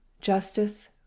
justice